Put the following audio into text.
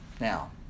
Now